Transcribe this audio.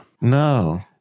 No